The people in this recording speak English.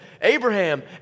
Abraham